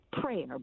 prayer